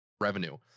revenue